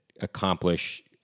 accomplish